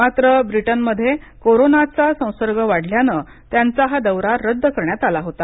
मात्र ब्रिटनमध्ये कोरोनाचा संसर्ग वाढल्यानं त्यांचा हा दौरा रद्द करण्यात आला होता